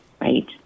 right